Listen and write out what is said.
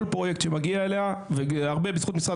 כל פרויקט שמגיע אליה הרבה בזכות משרד